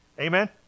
Amen